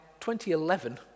2011